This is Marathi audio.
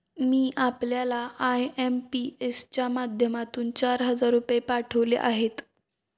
मी आपल्याला आय.एम.पी.एस च्या माध्यमातून चार हजार रुपये पाठवले आहेत